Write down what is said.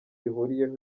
rihuriweho